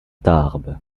tarbes